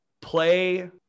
play